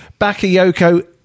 Bakayoko